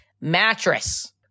mattress